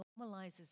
normalizes